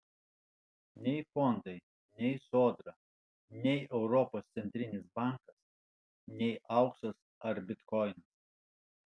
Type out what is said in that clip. nei fondai nei sodra nei europos centrinis bankas nei auksas ar bitkoinas